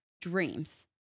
dreams